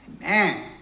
amen